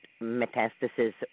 metastasis